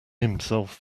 himself